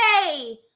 today